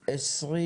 27,